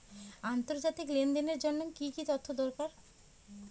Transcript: আন্তর্জাতিক লেনদেনের জন্য কি কি তথ্য দরকার?